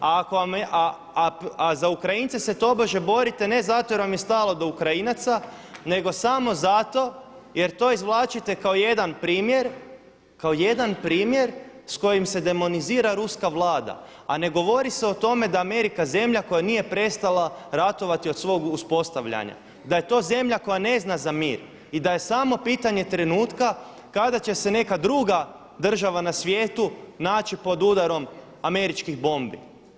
A za Ukrajince se tobože borite ne zato jer vam je stalo do Ukrajinaca, nego samo zato jer to izvlačite kao jedan primjer s kojim se demonizira ruska Vlada, a ne govori se o tome da Amerika zemlja koja nije prestala ratovati od svog uspostavljanja, da je to zemlja koja ne zna za mir i da je samo pitanje trenutka kada će se neka druga država na svijetu naći pod udarom američkih bombi.